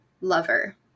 lover